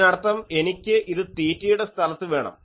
അതിനർത്ഥം എനിക്ക് ഇത് തീറ്റയുടെ സ്ഥലത്ത് വേണം